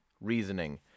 Reasoning